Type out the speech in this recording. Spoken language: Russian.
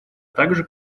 также